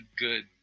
good